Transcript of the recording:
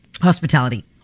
Hospitality